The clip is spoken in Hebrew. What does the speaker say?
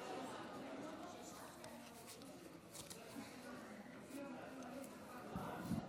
חמש